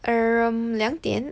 around 两点